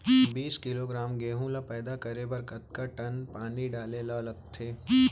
बीस किलोग्राम गेहूँ ल पैदा करे बर कतका टन पानी डाले ल लगथे?